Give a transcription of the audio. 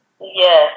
Yes